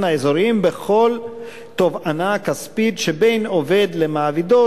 האזוריים בכל תובענה כספית שבין עובד למעבידו